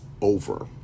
over